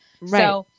right